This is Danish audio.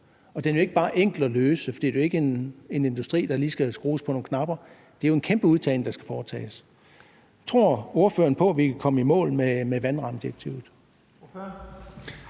Og det er jo ikke bare en enkel opgave at løse, for det er jo ikke en industri, hvor der lige skal skrues på nogle knapper; det er jo en kæmpe udtagning, der skal foretages. Tror ordføreren på, at vi kan komme i mål med vandrammedirektivet?